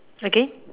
again